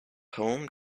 home